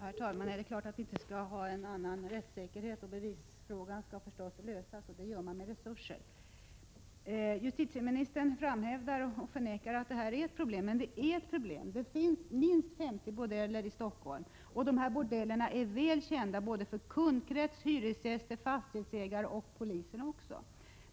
Herr talman! Det är klart att vi inte skall ha en annan rättssäkerhet, och bevisfrågan skall naturligtvis lösas, och det gör man med hjälp av resurser. Justitieministern förnekar att detta är ett problem, men det är ett problem. Det finns minst 50 bordeller i Stockholm. Dessa bordeller är väl kända för kundkrets, hyresgäster, fastighetsägare och polis.